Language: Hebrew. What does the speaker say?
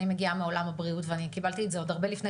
אני מגיעה מעולם הבריאות ואני קיבלתי את זה עוד הרבה לפני